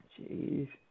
Jeez